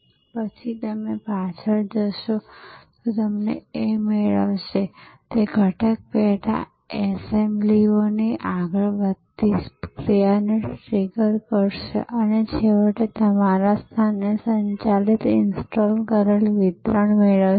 અને પછી તે પાછળ જશે અને તે મેળવશે તે ઘટક પેટા એસેમ્બલીઓની આગળ વધતી ક્રિયાને ટ્રિગર કરશે અને છેવટે તમારા સ્થાને સંચાલિત ઇન્સ્ટોલ કરેલ વિતરણ મેળવશે